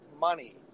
money